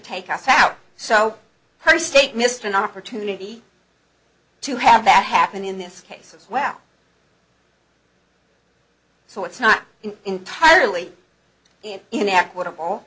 take us out so her state missed an opportunity to have that happen in this case as well so it's not entirely an inequitable